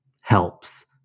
helps